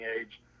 age